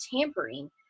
tampering